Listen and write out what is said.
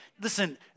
Listen